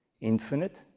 infinite